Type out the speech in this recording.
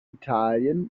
italien